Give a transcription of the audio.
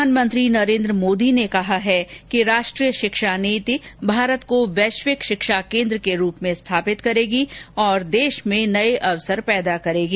प्रधानमंत्री नरेन्द्र मोदी ने कहा है कि राष्ट्रीय शिक्षा नीति भारत को वैश्विक शिक्षा केन्द्र के रूप में स्थापित करेगी और देश में नए अवसर उत्पन्न करेगी